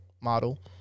model